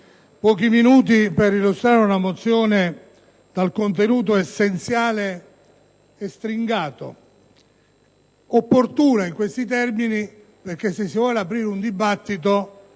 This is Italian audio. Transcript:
pochi minuti per illustrare una mozione dal contenuto essenziale e stringato, opportuno in questi termini perché, se si vuole aprire un dibattito,